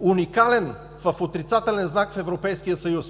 уникален в отрицателен знак в Европейския съюз.